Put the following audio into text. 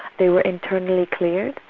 they were internally cleared,